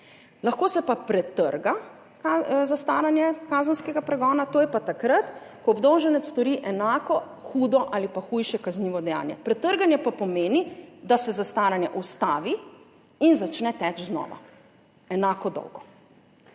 Lahko se pa pretrga zastaranje kazenskega pregona, to je pa, takrat ko obdolženec stori enako hudo ali hujše kaznivo dejanje. Pretrganje pa pomeni, da se zastaranje ustavi in začne teči znova enako dolgo.